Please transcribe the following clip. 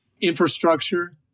infrastructure